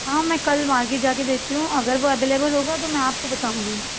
ہاں میں کل مارکیٹ جا کے دیکھتی ہوں اگر وہ اویلیبل ہوگا تو میں آپ کو بتاؤں گی